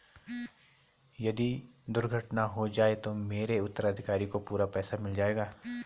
यदि दुर्घटना हो जाये तो मेरे उत्तराधिकारी को पूरा पैसा मिल जाएगा?